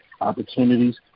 opportunities